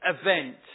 event